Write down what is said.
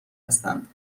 هستند